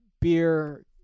beer